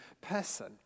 person